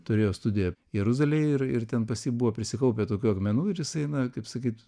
turėjo studiją jeruzalėj ir ir ten pas jį buvo prisikaupę tokių akmenų ir jisai na kaip sakyt